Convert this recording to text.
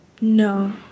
No